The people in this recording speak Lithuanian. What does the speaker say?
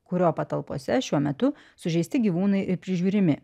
kurio patalpose šiuo metu sužeisti gyvūnai ir prižiūrimi